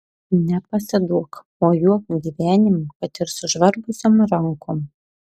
nepasiduok mojuok gyvenimui kad ir sužvarbusiom rankom